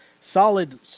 Solid